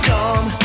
Come